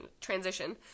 transition